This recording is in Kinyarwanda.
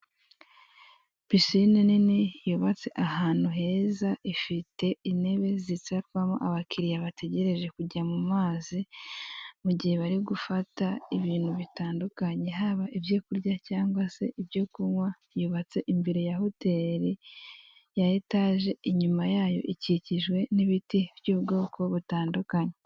Pisine nini yubatse ahantu heza, ifite intebe zicarwamwo abakiliya bategereje kujya mu mazi, mugihe bari gufata ibintu bitandukanye, haba ibyo kurya cyangwa se ibyo kunywa, yubatse imbere ya hoteli ya etaje, inyuma yayo ikikijwe n'ibiti by'ubwoko butandukanye.